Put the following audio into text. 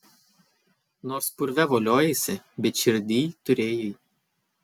nors purve voliojaisi bet širdyj turėjai